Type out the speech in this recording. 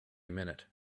minute